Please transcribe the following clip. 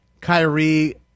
Kyrie